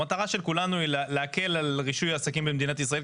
המטרה של כולנו היא להקל על רישוי העסקים במדינת ישראל,